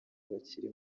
bakiri